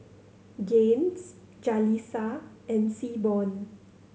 Gaines Jalissa and Seaborn